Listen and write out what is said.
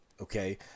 okay